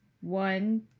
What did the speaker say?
one